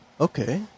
Okay